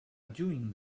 doing